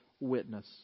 witness